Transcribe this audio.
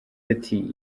ati